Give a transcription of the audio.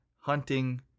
hunting